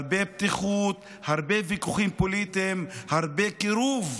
הרבה פתיחות, הרבה ויכוחים פוליטיים, הרבה קירוב.